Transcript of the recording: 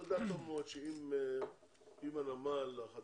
צריך לדעת טוב מאוד שאם הנמל החדש